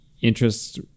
interest